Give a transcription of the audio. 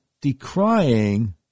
decrying